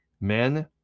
men